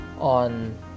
on